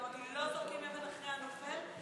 ואמרתי: לא זורקים אבן אחרי הנופל,